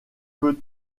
peut